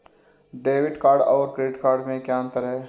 Debit card और credit card में क्या अंतर है?